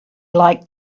like